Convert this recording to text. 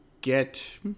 get